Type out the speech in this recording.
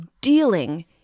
dealing